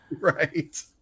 Right